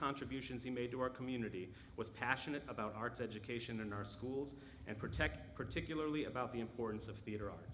contributions he made to our community was passionate about arts education in our schools and protect particularly about the importance of th